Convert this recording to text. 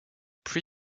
pre